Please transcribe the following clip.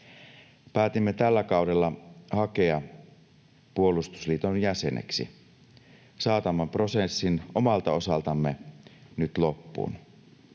Päätimme tällä kaudella hakea puolustusliiton jäseneksi. Saatamme prosessin omalta osaltamme nyt loppuun.